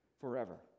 forever